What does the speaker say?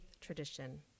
tradition